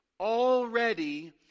Already